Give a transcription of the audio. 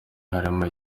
harimo